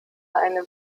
eine